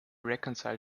reconcile